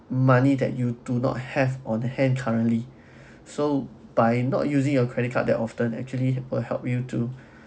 money that you do not have on hand currently so by not using your credit card that often actually will help you to